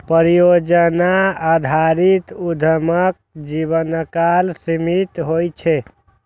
परियोजना आधारित उद्यमक जीवनकाल सीमित होइ छै